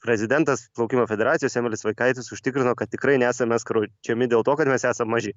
prezidentas plaukimo federacijos emilis vaitkaitis užtikrino kad tikrai nesame skriaudžiami dėl to kad mes esam maži